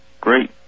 great